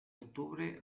octubre